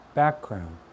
background